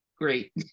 great